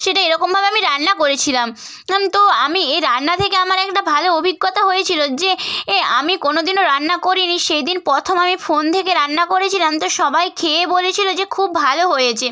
সেটা এরকমভাবে আমি রান্না করেছিলাম আম তো আমি এই রান্না থেকে আমার একটা ভালো অভিজ্ঞতা হয়েছিল যে এ আমি কোনো দিনও রান্না করি নি সেই দিন প্রথম আমি ফোন থেকে রান্না করেছিলাম তো সবাই খেয়ে বলেছিলো যে খুব ভালো হয়েছে